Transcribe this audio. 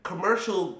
Commercial